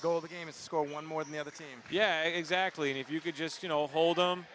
of the game is score one more than the other team yeah exactly and if you could just you know hold them